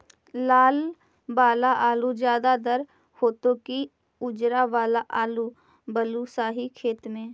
लाल वाला आलू ज्यादा दर होतै कि उजला वाला आलू बालुसाही खेत में?